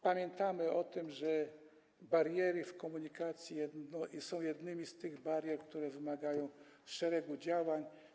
Pamiętamy o tym, że bariery w komunikacji są jednymi z tych barier, które wymagają szeregu działań.